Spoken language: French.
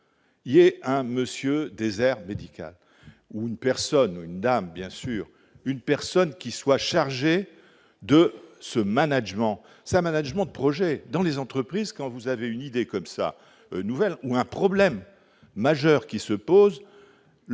il y a un monsieur désert médical ou une personne, une dame bien sûr, une personne qui soit chargé de ce management, ça management de projets dans les entreprises quand vous avez une idée comme ça, nouvelle ou un problème majeur qui se pose,